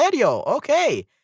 Okay